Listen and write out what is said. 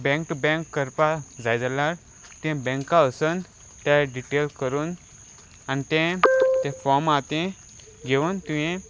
bank to bank करपाक जाय जाल्यार तें बँका वचून ते डिटेल करून आनी तें तें फॉर्म आसा तें घेवन तुवें